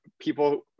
people